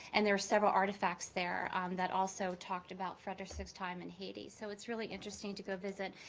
and there are several artifacts there um that also talked about frederick's time in haiti. so it's really interesting to go visit.